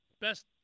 best